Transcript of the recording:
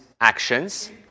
actions